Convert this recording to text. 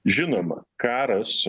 žinoma karas